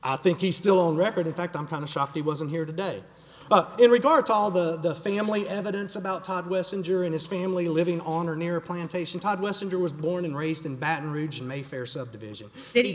i think he's still on record in fact i'm kind of shocked he wasn't here today but in regard to all the family evidence about todd wesson during his family living on or near a plantation type westerner was born and raised in baton rouge in mayfair subdivision